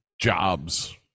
jobs